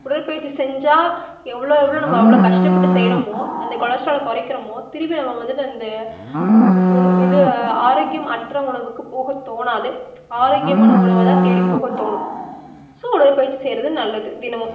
உடற்பயிற்சி செஞ்சால் எவ்வளோ எவ்வளோ நம்ம அவ்வளோ கஷ்டப்பட்டு செய்கிறோமோ அந்த கொலஸ்ட்ராலை குறைக்கிறோமோ திருப்பி நம்ம வந்துவிட்டு அந்த இதை ஆரோக்கியம் அற்ற உணவுக்கு போக தோணாது ஆரோக்கியமான உணவை தான் தேடிப்போக தோணும் ஸோ உடற்பயிற்சி செய்கிறது நல்லது தினமும்